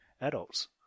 adults